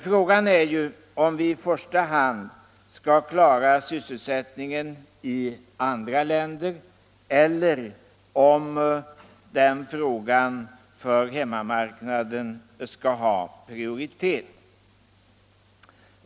Frågan är om vi i första hand skall klara sysselsättningen i andra länder eller om hemmamarknaden skall ha prioritet.